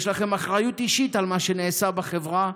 יש לכם אחריות אישית על מה שנעשה בחברה,